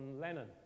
Lennon